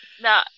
No